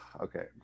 Okay